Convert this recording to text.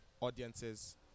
audiences